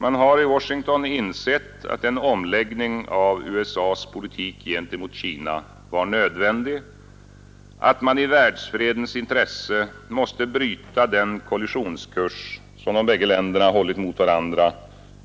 Man har i Washington insett att en omläggning av USA:s politik gentemot Kina var nödvändig, att man i världsfredens intresse måste bryta den kollisionskurs som de bägge länderna hållit mot varandra